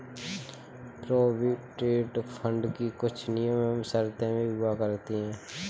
provident fund की कुछ नियम एवं शर्तें भी हुआ करती हैं